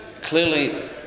clearly